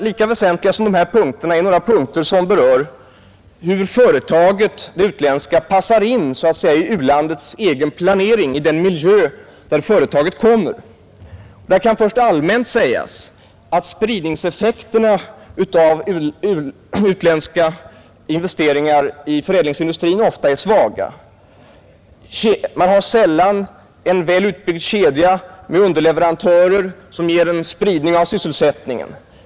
Lika väsentliga som dessa punkter är några punkter som berör hur det utländska företaget så att säga passar in i u-landets egen planering — i den miljö där företaget kommer att finnas. Till att börja med kan allmänt sägas att spridningseffekterna av utländska investeringar i förädlingsindustrin ofta är svaga. Företaget har sällan en väl utbyggd kedja med underleverantörer, som ger en spridning av sysselsättningen.